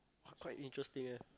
quite interesting eh